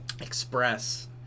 express